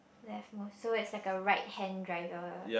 left most so it's like a right hand driver